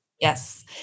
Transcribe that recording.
Yes